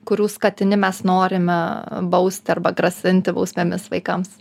kurių skatini mes norime bausti arba grasinti bausmėmis vaikams